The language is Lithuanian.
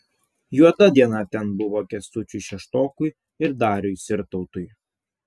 juoda diena ten buvo kęstučiui šeštokui ir dariui sirtautui